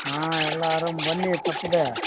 ಹಾಂ ಎಲ್ಲ ಆರಾಮ್ ಬನ್ನಿ ತಪ್ಪದೆ